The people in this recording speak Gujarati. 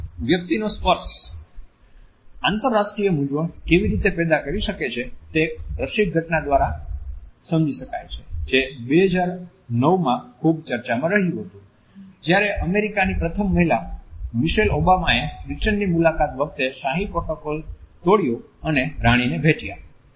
વ્યક્તિનો સ્પર્શ આંતરરાષ્ટ્રીય મૂંઝવણ કેવી રીતે પેદા કરી શકે છે તે એક રસિક ઘટના દ્વારા સમજી શકાય છે જે 2009 માં ખુબ ચર્ચામાં રહ્યું હતું જ્યારે અમેરિકાની પ્રથમ મહિલા મિશેલ ઓબામાએ બ્રિટનની મુલાકાત વખતે શાહી પ્રોટોકોલ તોડ્યો અને રાણીને ભેટ્યા